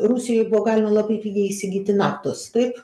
rusijoj buvo galima labai pigiai įsigyti naftos taip